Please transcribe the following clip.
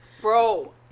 bro